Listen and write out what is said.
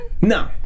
No